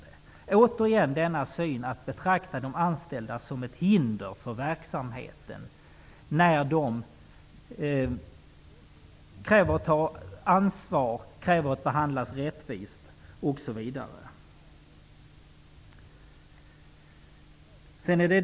Det är återigen ett uttryck för att man betraktar de anställda som ett hinder för verksamheten när de kräver att få ta ansvar och att behandlas rättvist osv.